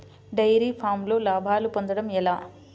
Dairy ఫామ్లో లాభాలు పొందడం ఎలా?